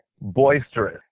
boisterous